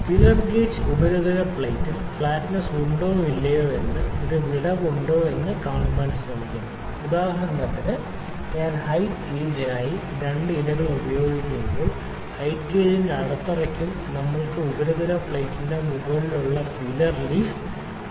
feeler gauge ഉപരിതല പ്ലേറ്റിൽ flatness ഉണ്ടോ ഇല്ലയോ എന്ന് ഒരു വിടവ് ഉണ്ടോ എന്ന് കാണാൻ ഉപയോഗിക്കുന്നു ഉദാഹരണത്തിന് ഞാൻ ഹയിറ്റ് ഗേജ് ഉപയോഗിക്കുമ്പോൾ നമ്മൾ ഏറ്റവും നേർത്തത് ഉൾപ്പെടുത്താൻ ശ്രമിക്കും ഹയിറ്റ് ഗേജിന്റെ അടിത്തറയ്ക്കും ഞങ്ങളുടെ ഉപരിതല പ്ലേറ്റിന്റെ മുകളിലെ ഉപരിതലത്തിനുമിടയിലുള്ള ഫീലർ ലീഫ്